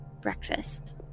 breakfast